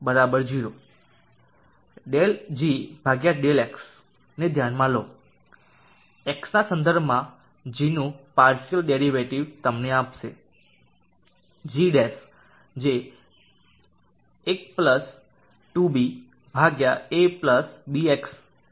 ∂g ∂x ને ધ્યાનમાં લો x ના સંદર્ભમાં g નું પાર્સીયલ ડેરીવેટીવ તમને આપશે gˊ જે 1abx બરાબર છે